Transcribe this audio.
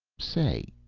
say,